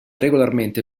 regolarmente